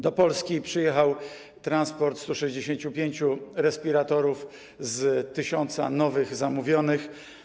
Do Polski przyjechał transport 165 respiratorów z 1000 nowych zamówionych.